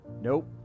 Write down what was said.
Nope